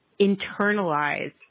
internalize